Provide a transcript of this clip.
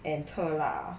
and 特辣